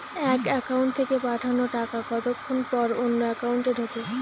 এক একাউন্ট থেকে পাঠানো টাকা কতক্ষন পর অন্য একাউন্টে ঢোকে?